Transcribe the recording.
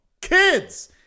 KIDS